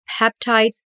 peptides